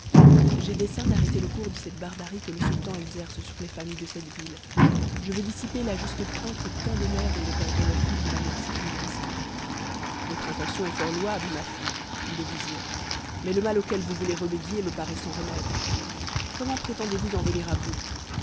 j'ai dessein d'arrêter le cours de cette barbarie que le sultan exerce sur les familles de cette ville je veux dissiper la juste crainte que tant de mères ont de perdre leurs filles d'une manière si funeste votre intention est fort louable ma fille dit le vizir mais le mal auquel vous voulez remédier me paraît sans remède comment prétendez-vous en venir à bout